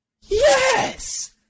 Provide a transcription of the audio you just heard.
Yes